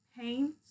pain